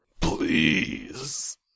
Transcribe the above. Please